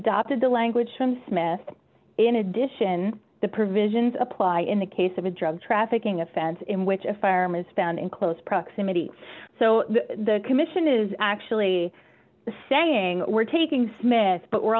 adopted the language from smith in addition the provisions apply in the case of a drug trafficking offense in which a firearm is found in close proximity so the commission is actually saying we're taking smith but we're